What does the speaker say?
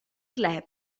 club